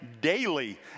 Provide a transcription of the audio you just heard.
daily